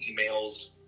emails